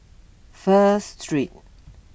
First Street